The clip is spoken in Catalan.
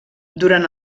durant